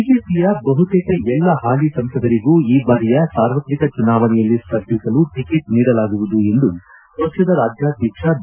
ಬಿಜೆಪಿಯ ಬಹುತೇಕ ಎಲ್ಲಾ ಪಾಲಿ ಸಂಸದರಿಗೂ ಈ ಬಾರಿಯ ಸಾರ್ವತ್ರಿಕ ಚುನಾವಣೆಯಲ್ಲಿ ಸ್ಪರ್ಧಿಸಲು ಟಿಕೆಟ್ ನೀಡಲಾಗುವುದು ಎಂದು ಪಕ್ಷದ ರಾಜ್ಯಾಧ್ವಕ್ಷ ಬಿ